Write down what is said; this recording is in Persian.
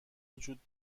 وجود